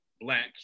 black